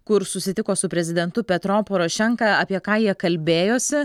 kur susitiko su prezidentu petro porošenka apie ką jie kalbėjosi